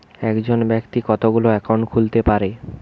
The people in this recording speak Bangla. একজন ব্যাক্তি কতগুলো অ্যাকাউন্ট খুলতে পারে?